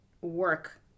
work